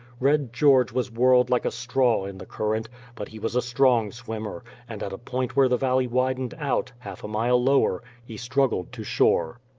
red george was whirled like a straw in the current but he was a strong swimmer, and at a point where the valley widened out, half a mile lower, he struggled to shore.